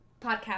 podcast